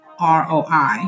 ROI